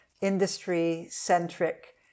industry-centric